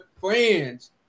friends